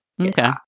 Okay